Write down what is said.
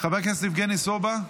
חבר הכנסת יבגני סובה,